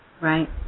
Right